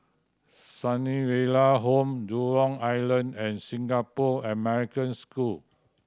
Sunnyville Home Jurong Island and Singapore American School